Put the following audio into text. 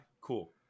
Cool